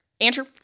Andrew